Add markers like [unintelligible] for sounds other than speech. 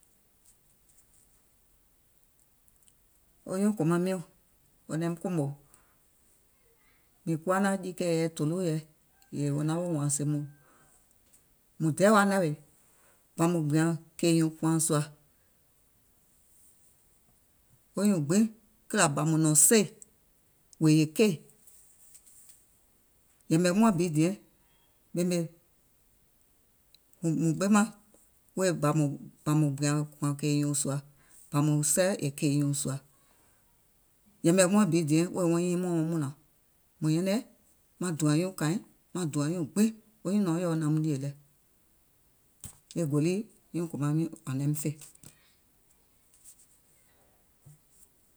Wo nyuùŋ kòmaŋ miɔ̀ŋ naim kòmò, mìŋ kuwa naȧŋ jiikɛ̀ɛ yɛi tòloò yɛi, yèè wò naŋ woò wȧȧŋ sèè mùŋ dɛɛ̀ wa nȧwèè, ɓɔ̀ mùŋ gbìàŋ kèì nyùùŋ kùàŋ sùà. Wo nyùùŋ gbiŋ, kìlà ɓɔ̀ mùŋ nɔ̀ŋ seì wèè è keì, yɛ̀mɛ̀ muàŋ bi diɛŋ. [unintelligible] Ɓɔ̀ mùŋ gbìàŋ kùàŋ kèì nyùùŋ sùà, ɓɔ̀ mùŋ sɛɛ̀ kèì nyùùŋ sùà. Yɛ̀mɛ̀ muàŋ bi diɛŋ wèè wɔŋ nyiiŋ mɔɔ̀ŋ wɔŋ munlàŋ. Mùŋ nyɛnɛŋ maŋ dùàŋ nyuùŋ kàìŋ, maŋ dùàŋ nyuùŋ kàìŋ, maŋ dùàŋ nyùùŋ gbiŋ, maŋ dùàŋ nyùnɔ̀ɔŋ yèɔ naum nìè lɛ [noise]